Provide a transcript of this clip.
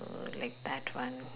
uh like that one